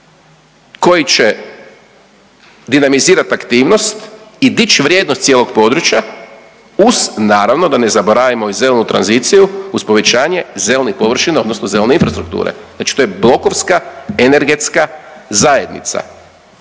koji će dinamizirati aktivnost i dići vrijednost cijelog područja uz naravno da ne zaboravimo i zelenu tranziciju uz povećanje zelenih površina, odnosno zelene infrastrukture. Znači to je blokovska energetska zajednica.